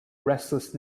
restless